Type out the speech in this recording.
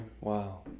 Wow